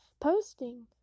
posting